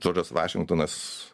džordžas vašingtonas